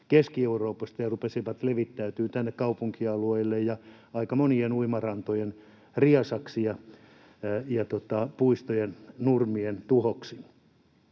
Keski-Euroopasta ja rupesivat levittäytymään tänne kaupunkialueille ja aika monien uimarantojen riesaksi ja puistojen nurmien tuhoksi.